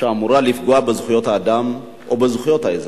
שאמורה לפגוע בזכויות האדם או בזכויות האזרח.